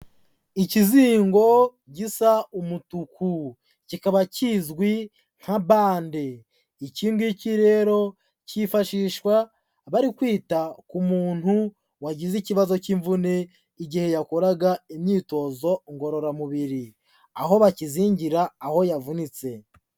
Ikizingo gisa umutuku kikaba kizwi nka bande, iki ngiki rero cyifashishwa bari kwita ku muntu wagize ikibazo cy'imvune igihe yakoraga imyitozo ngororamubiri, aho bakizingira aho yavunitse.